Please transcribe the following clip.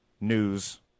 news